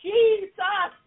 Jesus